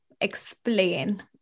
explain